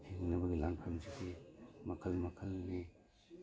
ꯍꯤꯡꯅꯕꯒꯤ ꯂꯥꯟꯐꯝꯁꯤꯗꯤ ꯃꯈꯜ ꯃꯈꯜꯒꯤ